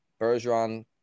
Bergeron –